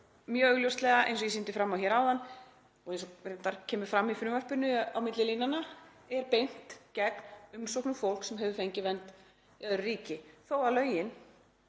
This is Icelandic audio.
mjög augljóslega, eins og ég sýndi fram á hér áðan og kemur reyndar fram í frumvarpinu á milli línanna, beint gegn umsóknum fólks sem hefur fengið vernd í öðru ríki. Þó eru lögin,